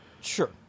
Sure